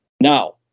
Now